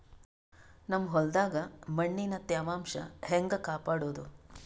ನಮ್ ಹೊಲದಾಗ ಮಣ್ಣಿನ ತ್ಯಾವಾಂಶ ಹೆಂಗ ಕಾಪಾಡೋದು?